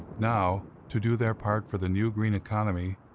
now, to do their part for the new green economy,